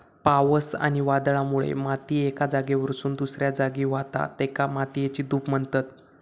पावस आणि वादळामुळे माती एका जागेवरसून दुसऱ्या जागी व्हावता, तेका मातयेची धूप म्हणतत